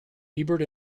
ebert